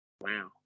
Wow